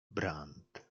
brant